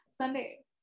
sunday